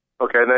okay